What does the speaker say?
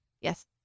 Yes